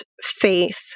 faith